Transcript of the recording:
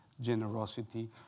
generosity